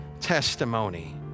testimony